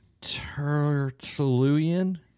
Tertullian